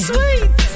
Sweet